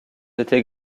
été